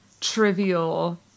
Trivial